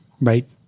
right